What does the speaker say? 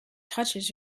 touches